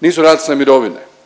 nisu rasle mirovine,